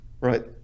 right